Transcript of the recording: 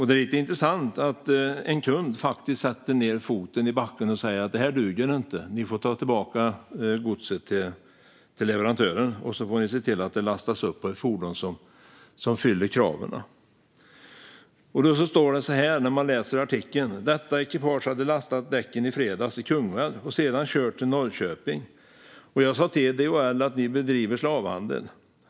Det är intressant att en kund faktiskt sätter ned foten i backen och säger: "Det här duger inte! Ni får ta tillbaka godset till leverantören och se till att det lastas upp på ett fordon som uppfyller kraven." I en artikel står det att ekipaget hade lastat däcken i fredags i Kungälv och sedan kört till Norrköping. Åkeriets ägare Clas berättar att han sa till DHL att de bedriver slavhandel.